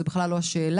זו בכלל לא השאלה,